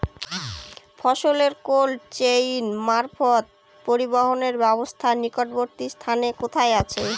ফসলের cold chain মারফত পরিবহনের ব্যাবস্থা নিকটবর্তী স্থানে কোথায় আছে?